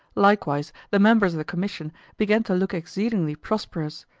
likewise the members of the commission began to look exceedingly prosperous,